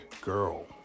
Girl